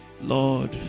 Lord